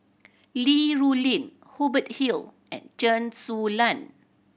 Li Rulin Hubert Hill and Chen Su Lan